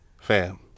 Fam